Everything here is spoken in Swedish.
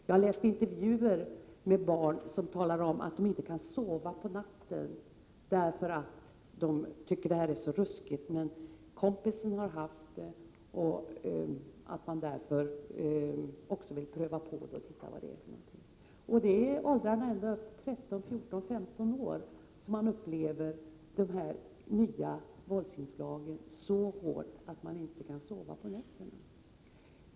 Jag har läst intervjuer med barn som talar om, att de inte kan sova på nätterna därför att de tycker att det här är så ruskigt. Men kompisen har haft spelet, och därför vill man pröva på det och se vad det är. Det är i åldrarna upp till 14 och 15 år som man upplever de här nya våldsinslagen så hårt att man inte kan sova på nätterna.